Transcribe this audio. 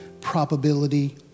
probability